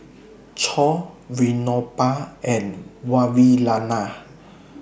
Choor Vinoba and Vavilala